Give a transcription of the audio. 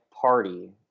party